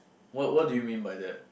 what what do you mean by that